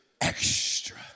extra